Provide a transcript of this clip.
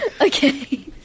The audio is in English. Okay